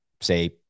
say